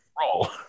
Roll